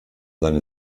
seine